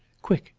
quick!